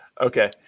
Okay